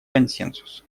консенсус